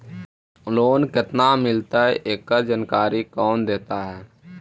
Loan केत्ना मिलतई एकड़ जानकारी कौन देता है?